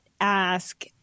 ask